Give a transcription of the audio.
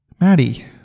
Maddie